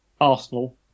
Arsenal